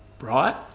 right